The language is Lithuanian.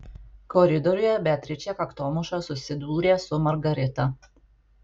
koridoriuje beatričė kaktomuša susidūrė su margarita